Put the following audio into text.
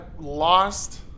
lost